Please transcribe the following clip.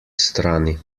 strani